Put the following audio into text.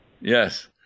Yes